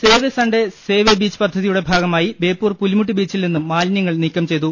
save a Sunday save a beach പദ്ധതിയുടെ ഭാഗമായി ബേപ്പൂർ പുലിമുട്ട് ബീച്ചിൽനിന്നും മാലിന്യങ്ങൾ നീക്കം ചെയ്തു